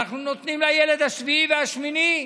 אנחנו נותנים לילד השביעי והשמיני,